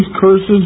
curses